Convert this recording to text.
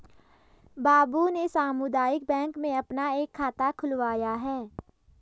बाबू ने सामुदायिक बैंक में अपना एक खाता खुलवाया है